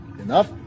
enough